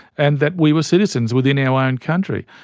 and that we were citizens within our own country.